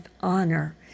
honor